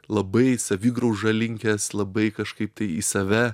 labai į savigraužą linkęs labai kažkaip tai į save